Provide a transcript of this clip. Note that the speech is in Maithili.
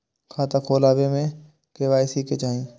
खाता खोला बे में के.वाई.सी के चाहि?